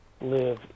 live